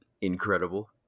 incredible